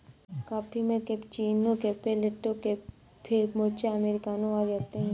coffee में cappuccino, cafe latte, cafe mocha, americano आदि आते है